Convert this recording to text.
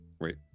Wait